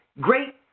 great